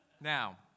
Now